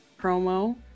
promo